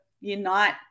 unite